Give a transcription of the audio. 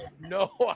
no